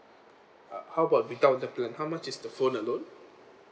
ah how about without the plan how much is the phone alone